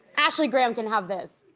ashley graham can have this.